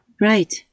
right